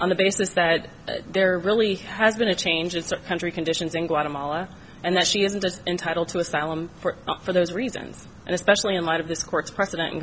on the basis that there really has been a change it's a country conditions in guatemala and that she isn't as entitled to asylum for for those reasons and especially in light of this court's precedent